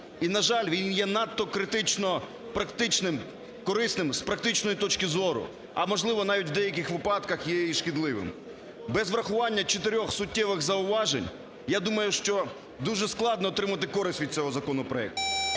І, на жаль, він є надто критично практичним, корисним з практичної точки зору, а, можливо, навіть в деяких випадках є і шкідливим. Без врахування чотирьох суттєвих зауважень, я думаю, що дуже складно отримати користь від цього законопроекту.